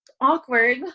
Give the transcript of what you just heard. awkward